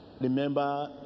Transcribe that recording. remember